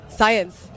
Science